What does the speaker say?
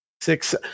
six